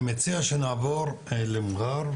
אני מציע שנעבור למע'אר,